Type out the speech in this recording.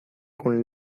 con